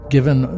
Given